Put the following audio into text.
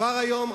כבר היום,